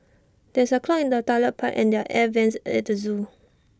there's A clog in the Toilet Pipe and their air Vents at at the Zoo